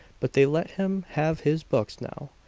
but they let him have his books now.